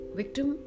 victim